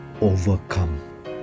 overcome